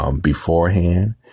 beforehand